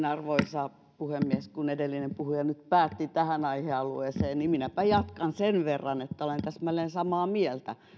arvoisa puhemies kun edellinen puhuja nyt päätti tähän aihealueeseen niin minäpä jatkan sen verran että olen täsmälleen samaa mieltä